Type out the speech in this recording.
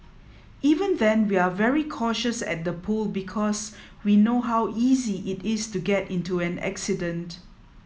even then we're very cautious at the pool because we know how easy it is to get into an accident